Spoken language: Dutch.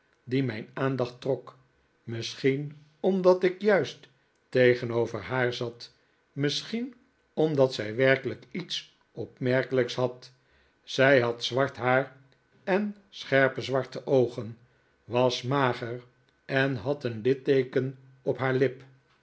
die mijn aandacht trok misschien omdat ik juist tegenover haar zat misschien omdat zij werkelijk iets opmerkelijks had zij had zwart haar en scherpe zwarte oogen was mager en had een litteeken op haar lip